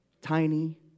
tiny